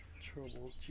Trouble